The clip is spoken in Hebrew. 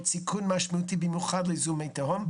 סיכון משמעותי במיוחד לזיהומי תהום,